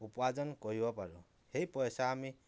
উপাৰ্জন কৰিব পাৰোঁ সেই পইচা আমি